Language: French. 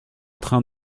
train